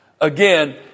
Again